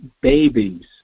babies